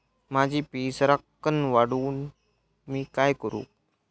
माझी पीक सराक्कन वाढूक मी काय करू?